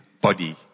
body